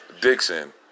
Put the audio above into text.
Dixon